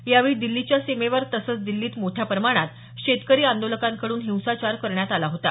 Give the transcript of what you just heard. यावेळी दिल्लीच्या सीमेवर तसंच दिल्लीत मोठ्या प्रमाणात शेतकरी आंदोलकांकडून हिंसाचार करण्यात आला होता